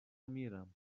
میرم